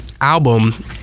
album